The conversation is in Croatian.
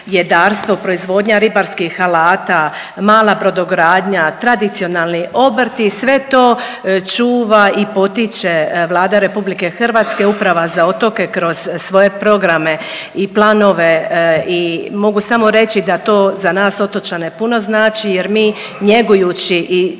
proizvodnja ribarskih alata, mala brodogradnja, tradicionalni obrti i sve to čuva i potiče Vlada RH, Uprava za otoke kroz svoje programe i planove. I mogu samo reći da to za nas otočane puno znači jer mi njegujući i čuvajući